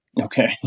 Okay